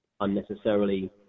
unnecessarily